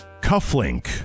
Cufflink